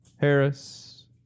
Harris